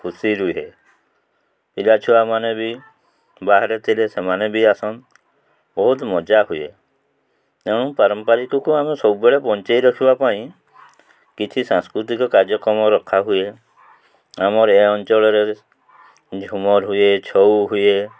ଖୁସି ରୁହେ ପିଲା ଛୁଆମାନେ ବି ବାହାରେ ଥିଲେ ସେମାନେ ବି ଆସନ୍ ବହୁତ୍ ମଜା ହୁଏ ତେଣୁ ପାରମ୍ପାରିକକୁ ଆମେ ସବୁବେଳେ ବଞ୍ଚେଇ ରଖିବା ପାଇଁ କିଛି ସାଂସ୍କୃତିକ କାର୍ଯ୍ୟକ୍ରମ ରଖାହୁଏ ଆମର ଏ ଅଞ୍ଚଳରେ ଝୁମର୍ ହୁଏ ଛଉ ହୁଏ